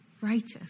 righteous